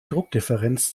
druckdifferenz